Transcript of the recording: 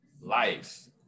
life